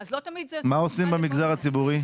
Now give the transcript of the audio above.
מה עושים במגזר הציבורי?